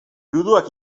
juduak